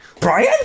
Brian